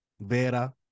Vera